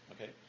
Okay